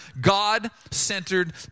God-centered